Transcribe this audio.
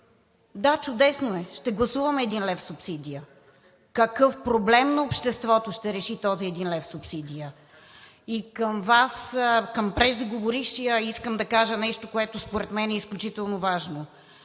да, чудесно е, ще гласуваме един лев субсидия – какъв проблем ще реши този един лев субсидия?! Към Вас, към преждеговорившия, искам да кажа нещо, което според мен е изключително важно.